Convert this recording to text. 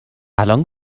الان